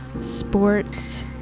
sports